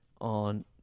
on